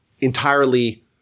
entirely